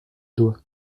doigt